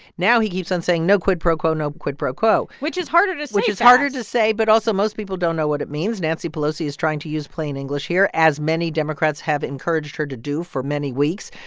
now he keeps on saying, no quid pro quo, no quid pro quo. which is harder to say fast. which is harder to say. but also, most people don't know what it means. nancy pelosi is trying to use plain english here, as many democrats have encouraged her to do for many weeks.